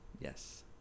Yes